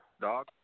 Dog